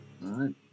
right